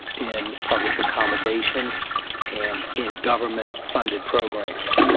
in public accommodations and in government funded programs.